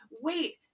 wait